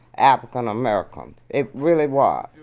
african americans. it really was.